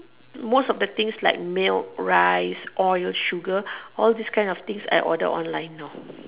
most of the things like milk rice oil sugar all this kind of things I order online now